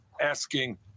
asking